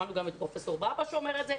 שמענו גם את פרופסור ברבש אומר את זה.